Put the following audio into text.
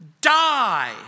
die